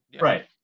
Right